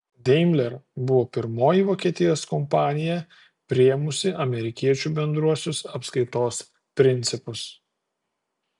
daimler buvo pirmoji vokietijos kompanija priėmusi amerikiečių bendruosius apskaitos principus